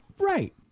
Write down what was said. Right